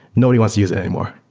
nobody wants to use it anymore,